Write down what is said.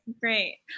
great